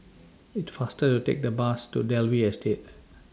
IT faster A Take The Bus to Dalvey Estate